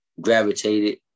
gravitated